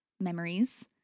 memories